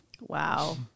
Wow